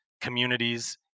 communities